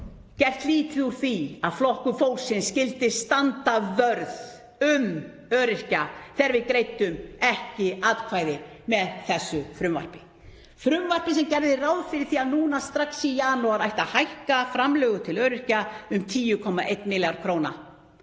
gert lítið úr því að Flokkur fólksins skyldi standa vörð um öryrkja þegar við greiddum ekki atkvæði með þessu frumvarpi, frumvarpi sem gerði ráð fyrir að strax í janúar ætti að hækka framlög til öryrkja um 10,1 milljarð kr.